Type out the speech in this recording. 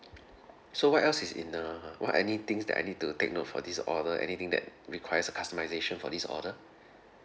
so what else is in the what any things that I need to take note for this order anything that requires a customisation for this order